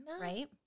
right